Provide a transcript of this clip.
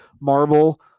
Marble